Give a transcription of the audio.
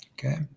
Okay